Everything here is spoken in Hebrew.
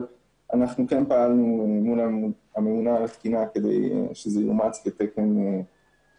אבל אנחנו כן פעלנו מול הממונה על התקינה כדי שזה יאומץ כתקן מחייב.